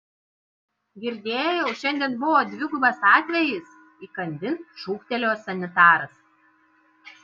girdėjau šiandien buvo dvigubas atvejis įkandin šūktelėjo sanitaras